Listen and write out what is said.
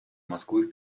москвы